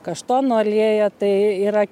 kaštonų alėją tai yra